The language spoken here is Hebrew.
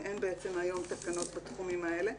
אין בעצם היום תקנות בתחומים האלה,